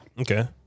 Okay